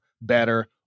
better